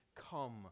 come